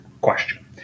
question